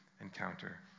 encounter